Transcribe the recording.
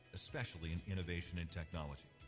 especially in innovation and technology.